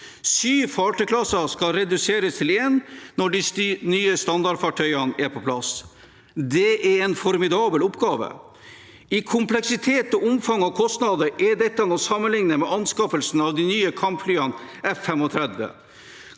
Syv fartøyklasser skal reduseres til én når de nye standardfartøyene er på plass. Det er en formidabel oppgave. I kompleksitet, omfang og kostnader er dette å sammenligne med anskaffelsen av de nye kampflyene F-35.